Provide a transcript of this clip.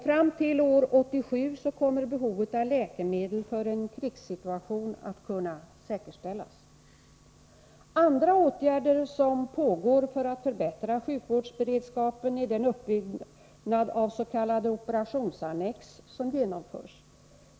Fram till år 1987 kommer behovet av läkemedel för en krigssituation att kunna säkerställas. Andra åtgärder som vidtagits för att förbättra sjukvårdsberedskapen är uppbyggnaden av s.k. operationsannex.